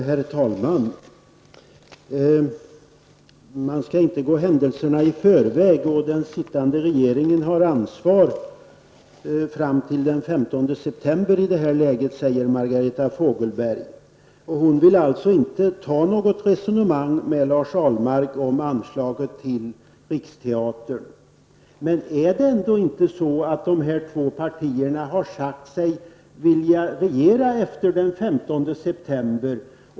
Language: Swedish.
Herr talman! Man skall inte gå händelserna i förväg och den sittande regeringen har ansvaret fram till den 15 september, säger Margareta Fogelberg. Men hon vill alltså inte ta något resonemang med Lars Ahlmark om anslaget till Riksteatern. Men är det ändå inte så att dessa två partier har sagt sig vilja regera efter den 15 september?